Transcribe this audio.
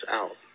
out